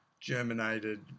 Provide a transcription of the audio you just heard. germinated